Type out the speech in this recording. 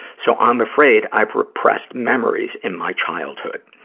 so i'm afraid i've repressed memories in my childhood.